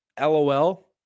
LOL